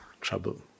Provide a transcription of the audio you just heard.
trouble